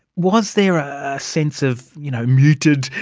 was there a sense of you know muted,